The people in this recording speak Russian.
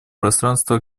пространства